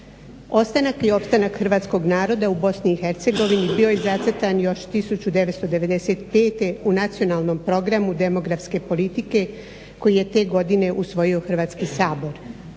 Ostanak i opstanak Hrvatskog naroda u Bosni i Hercegovini bio je zacrtan još 1995. u Nacionalnom programu demografske politike koji je te godine usvojio Hrvatski sabor.